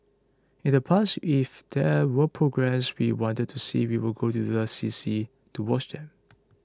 in the past if there were programmes we wanted to see we would go to the C C to watch them